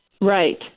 Right